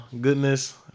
goodness